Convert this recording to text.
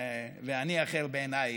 ואני אחר בעינייך,